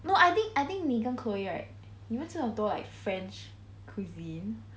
no I think I think 你跟 chloe right 你们吃很多 like french cuisine